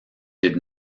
did